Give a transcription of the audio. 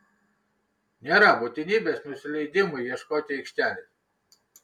nėra būtinybės nusileidimui ieškoti aikštelės